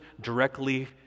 directly